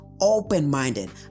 open-minded